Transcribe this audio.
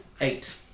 Eight